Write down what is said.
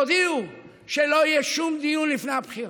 תודיעו שלא יהיה שום דיון לפני הבחירות,